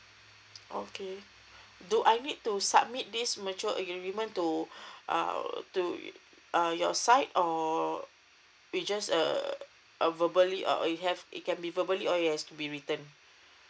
okay do I need to submit this mutual agreement to uh to uh your side or we just uh uh a verbally uh you have it can be verbally or it has to be written